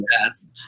Yes